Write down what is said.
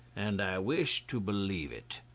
and i wish to believe it.